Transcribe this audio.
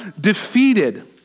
defeated